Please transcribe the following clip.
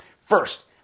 First